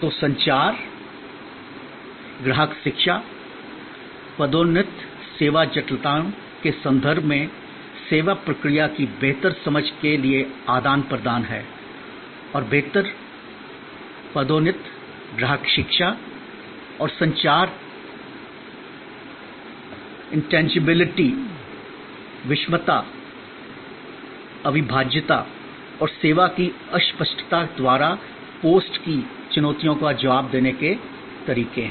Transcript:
तो संचार ग्राहक शिक्षा पदोन्नति सेवा जटिलताओं के संदर्भ में सेवा प्रक्रिया की बेहतर समझ के लिए आदान प्रदान है और बेहतर पदोन्नति ग्राहक शिक्षा और संचार इंटैंगिबिलिटी विषमता अविभाज्यता और सेवा की अस्पष्टता द्वारा पोस्ट की चुनौतियों का जवाब देने के तरीके हैं